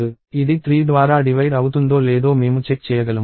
ఇది 3 ద్వారా డివైడ్ అవుతుందో లేదో మేము చెక్ చేయగలము